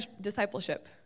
discipleship